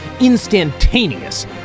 instantaneous